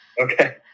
Okay